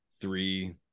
three